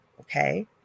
Okay